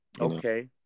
Okay